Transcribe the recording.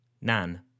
Nan